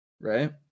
Right